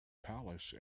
palace